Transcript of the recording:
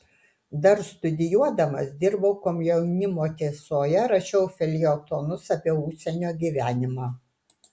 dar studijuodamas dirbau komjaunimo tiesoje rašiau feljetonus apie užsienio gyvenimą